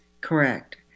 correct